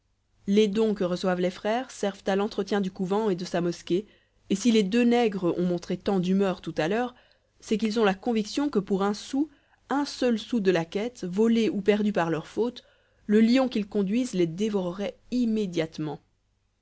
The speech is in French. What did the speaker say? les dons que reçoivent les frères servent à l'entretien du couvent et de sa mosquée et si les deux nègres ont montré tant d'humeur tout à l'heure c'est qu'ils out la conviction que pour un sou un seul sou de la quête volé ou perdu par leur faute le lion qu'ils conduisent les dévorerait immédiatement